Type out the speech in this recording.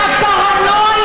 אתה לא מפריע לי עכשיו, אורן.